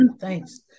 Thanks